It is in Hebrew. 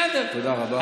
בסדר.